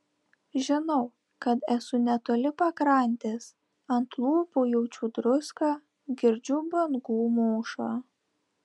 žinau kad esu netoli pakrantės ant lūpų jaučiu druską girdžiu bangų mūšą